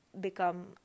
become